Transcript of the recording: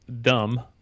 dumb